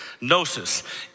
gnosis